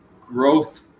growth